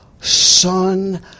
Son